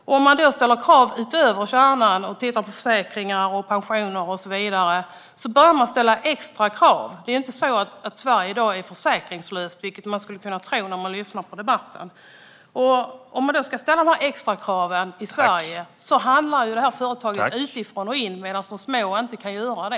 Om man då ställer krav utöver kärnan och tittar på försäkringar, pensioner och så vidare börjar man ställa extra krav. Det är ju inte så att Sverige i dag är försäkringslöst, vilket man skulle kunna tro när man lyssnar på debatten. Om man ställer de extra kraven i Sverige handlar det här företaget utifrån och in medan de små inte kan göra det.